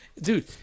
Dude